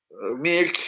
milk